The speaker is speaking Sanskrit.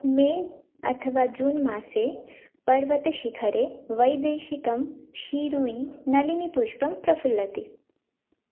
मे अथवा जून् मासे पर्वतशिखरे वैदेशिकं शीरुइ नलिनिपुष्पं प्रफुल्लति